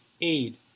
aid